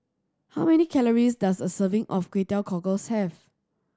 how many calories does a serving of Kway Teow Cockles have